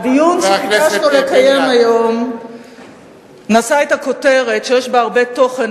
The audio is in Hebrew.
הדיון שביקשנו לקיים היום נשא את הכותרת שיש בה הרבה תוכן,